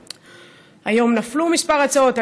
והיום נפלו כמה הצעות.